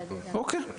אוקיי, סבבה,